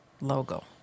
logo